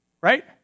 right